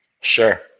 Sure